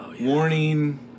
Warning